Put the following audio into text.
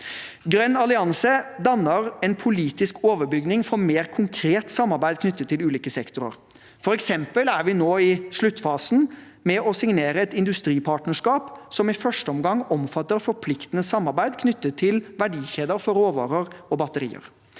Grønn allianse danner en politisk overbygning for mer konkret samarbeid knyttet til ulike sektorer. For eksempel er vi nå i sluttfasen med å signere et industripartnerskap som i første omgang omfatter forpliktende samarbeid knyttet til verdikjeder for råvarer og batterier.